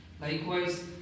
Likewise